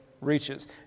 reaches